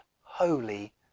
holy